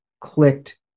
clicked